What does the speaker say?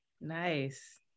Nice